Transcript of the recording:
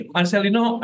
Marcelino